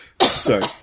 Sorry